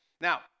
Now